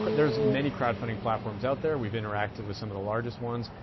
there's many crowdfunding platforms out there. we've interacted with some of the largest ones.